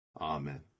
Amen